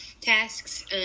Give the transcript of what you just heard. tasks